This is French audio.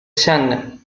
seine